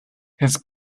his